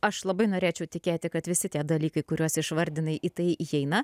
aš labai norėčiau tikėti kad visi tie dalykai kuriuos išvardinai į tai įeina